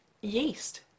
yeast